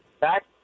back